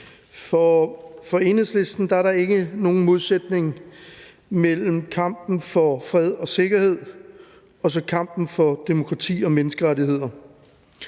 For Enhedslisten er der ikke nogen modsætning mellem kampen for fred og sikkerhed og så kampen for demokrati og menneskerettigheder.